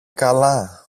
καλά